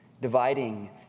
dividing